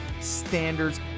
standards